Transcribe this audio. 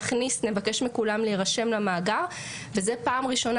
נבקש מכולם להירשם למאגר וזה פעם ראשונה